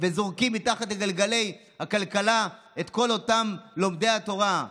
זורקים מתחת לגלגלי הכלכלה את כל אותם לומדי התורה.